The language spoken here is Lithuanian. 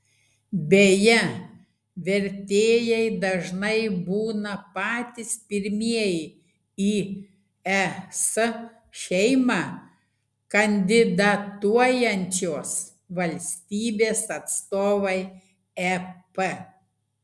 beje vertėjai dažnai būna patys pirmieji į es šeimą kandidatuojančios valstybės atstovai ep